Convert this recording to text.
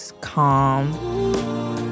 calm